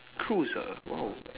cool sia lah !wow!